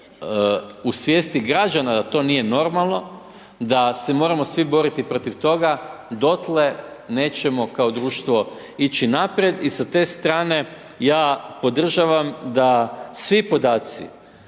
u svijesti građana da to nije normalno, da se moramo svi boriti protiv toga dotle nećemo kao društvo ići naprijed. I sa ste strane ja podržavam da svi podaci,